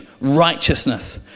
righteousness